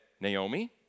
Naomi